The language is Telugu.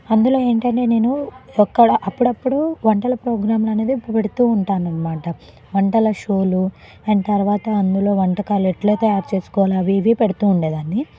అందులో ఏంటంటే నేను ఒక కాడ అప్పుడప్పుడు వంటల ప్రోగ్రాంలు అనేది పెడుతూ ఉంటానన్నమాట వంటల షోలు అండ్ తరువాత అందులో వంటకాలు ఎట్లా తయారు చేసుకోవాలి అవి ఇవి పెడుతూ ఉండేదాన్ని